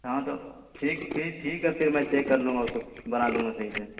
ہاں تو ٹھیک پھر ٹھیک ہے پھر میں چیک کر لوں گا اس کو بنا دوں گا صحیح سے